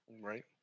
Right